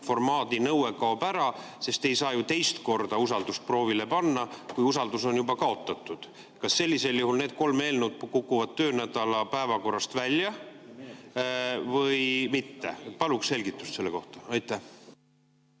usaldusformaadi nõue kaob ära? Sest ei saa ju teist korda usaldust proovile panna, kui usaldus on juba kaotatud. Kas sellisel juhul need kolm eelnõu kukuvad töönädala päevakorrast välja või mitte? Paluksin selgitust selle kohta. Aitäh!